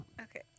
Okay